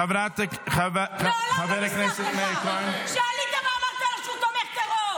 חבר הכנסת נאור שירי?